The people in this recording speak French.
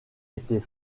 était